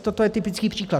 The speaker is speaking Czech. Toto je typický příklad.